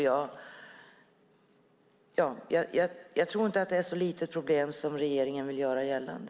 Jag tror inte att problemet är så litet som regeringen vill göra gällande.